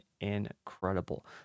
incredible